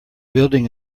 building